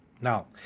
Now